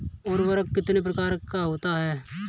उर्वरक कितने प्रकार का होता है?